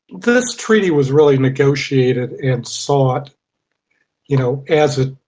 this treaty was really negotiated and sought you know as it